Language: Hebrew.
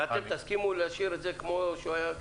ואתם תסכימו להשאיר את זה כמו שהיה.